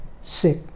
sick